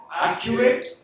accurate